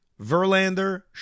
Verlander